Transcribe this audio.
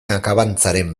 akabantzaren